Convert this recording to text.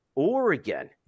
Oregon